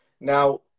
Now